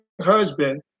husband